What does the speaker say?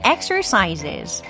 Exercises